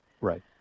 right